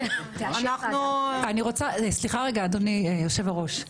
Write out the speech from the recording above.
אדוני היושב-ראש,